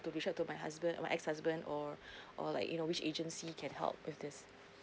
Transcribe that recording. to be showed to my husband my ex husband or or like you know which agency can help with this